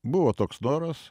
buvo toks noras